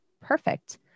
Perfect